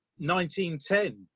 1910